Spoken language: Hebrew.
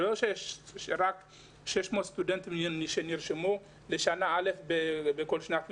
לא רק 600 סטודנטים נרשמו לשנה א' בכל שנת לימודים.